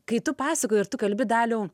kai tu pasakoji ir tu kalbi daliau